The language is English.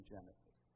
Genesis